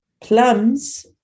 Plums